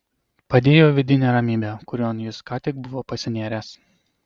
padėjo vidinė ramybė kurion jis ką tik buvo pasinėręs